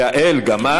חיים, דוד, יעל, גם את?